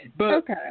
Okay